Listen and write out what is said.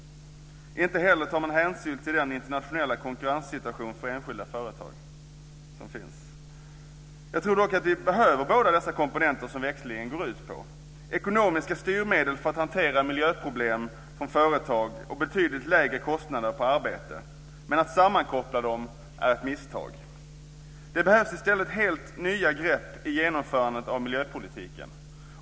Inte heller tar man hänsyn till den internationella konkurrenssituationen för enskilda företag. Jag tror dock att vi behöver båda dessa komponenter som växlingen går ut på, dvs. ekonomiska styrmedel för att hantera miljöproblem från företag och betydligt lägre kostnader på arbete. Men att sammankoppla dem är ett misstag. Det behövs i stället helt nya grepp i genomförandet av miljöpolitiken.